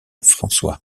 francois